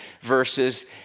verses